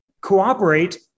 cooperate